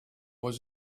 was